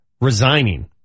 resigning